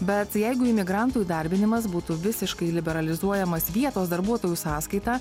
bet jeigu imigrantų įdarbinimas būtų visiškai liberalizuojamas vietos darbuotojų sąskaita